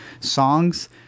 songs